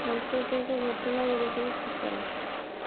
ସାମ୍ପ୍ରତିକ ଘଟଣାଗୁଡ଼ିକର ସୂଚନା